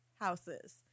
houses